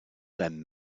them